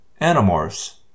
Animorphs